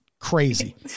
crazy